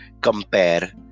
compare